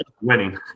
winning